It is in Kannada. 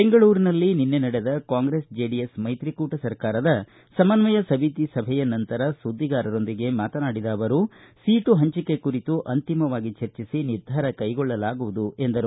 ಬೆಂಗಳೂರಿನಲ್ಲಿ ನಿನ್ನೆ ನಡೆದ ಕಾಂಗ್ರೆಸ್ ಜೆಡಿಎಸ್ ಮೈತ್ರಿಕೂಟ ಸರ್ಕಾರದ ಸಮನ್ವಯ ಸಮಿತಿ ಸಭೆಯ ನಂತರ ಸುದ್ದಿಗಾರರೊಂದಿಗೆ ಮಾತನಾಡಿದ ಅವರು ಸೀಟು ಪಂಚಿಕೆ ಕುರಿತು ಅಂತಿಮವಾಗಿ ಚರ್ಚಿಸಿ ನಿರ್ಧಾರ ಕೈಗೊಳ್ಳಲಾಗುವುದು ಎಂದರು